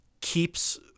keeps